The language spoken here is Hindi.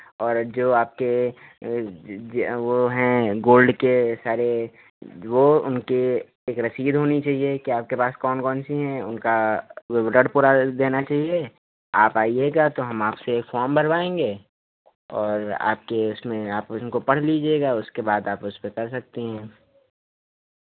और जो आपके वो हैं गोल्ड के सारे वो उनके एक रसीद होनी चाहिए कि आपके पास कौन कौन सी हैं उनका विवरण पूरा देना चाहिए आप आइएगा तो हम आपसे एक फ़ॉर्म भरवाएँगे और आपके उसमें आप इनको पढ़ लीजिएगा उसके बाद आप उसपे कर सकती हैं